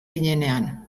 ginenean